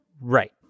right